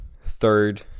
third